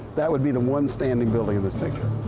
that would be the one standing building in this picture.